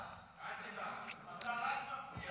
אל תדאג, אתה רק מבטיח.